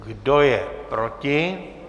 Kdo je proti?